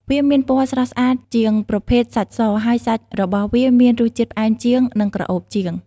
វាមានពណ៌ស្រស់ស្អាតជាងប្រភេទសាច់ស ហើយសាច់របស់វាមានរសជាតិផ្អែមជាង និងក្រអូបជាង។